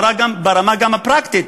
וגם ברמה הפרקטית,